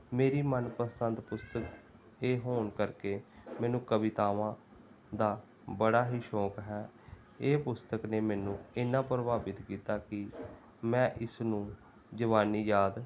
ਮੇਰੀ ਮਨਪਸੰਦ ਪੁਸਤਕ ਇਹ ਹੋਣ ਕਰਕੇ ਮੈਨੂੰ ਕਵਿਤਾਵਾਂ ਦਾ ਬੜਾ ਹੀ ਸ਼ੌਕ ਹੈ ਇਹ ਪੁਸਤਕ ਨੇ ਮੈਨੂੰ ਇੰਨਾ ਪ੍ਰਭਾਵਿਤ ਕੀਤਾ ਕਿ ਮੈਂ ਇਸ ਨੂੰ ਜ਼ੁਬਾਨੀ ਯਾਦ